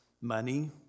money